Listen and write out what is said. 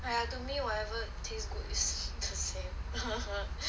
!aiya! to me whatever taste good is the same